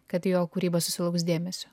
kad jo kūryba susilauks dėmesio